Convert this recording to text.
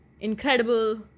incredible